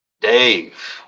Dave